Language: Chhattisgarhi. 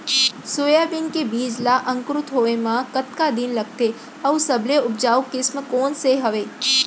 सोयाबीन के बीज ला अंकुरित होय म कतका दिन लगथे, अऊ सबले उपजाऊ किसम कोन सा हवये?